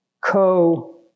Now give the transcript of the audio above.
co